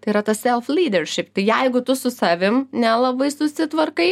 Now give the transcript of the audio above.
tai yra tas self lyderšip tai jeigu tu su savim nelabai susitvarkai